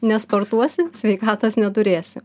nesportuosi sveikatos neturėsi